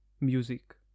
music